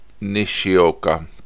Nishioka